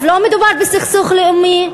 לא מדובר בסכסוך לאומי,